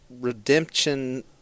redemption